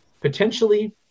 potentially